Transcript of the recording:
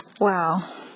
Wow